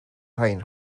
rain